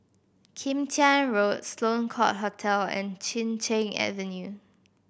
Kim Tian Road Sloane Court Hotel and Chin Cheng Avenue